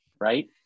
Right